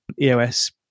eos